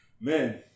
Man